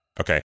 Okay